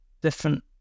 different